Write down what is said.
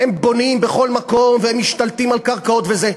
הם בונים בכל מקום והם משתלטים על קרקעות וזה,